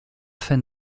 fin